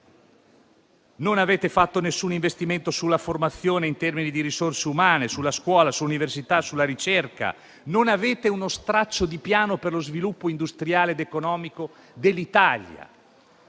Non avete fatto alcun investimento sulla formazione, in termini di risorse umane, sulla scuola, sull'università e sulla ricerca. Non avete uno straccio di piano per lo sviluppo industriale ed economico dell'Italia.